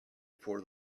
for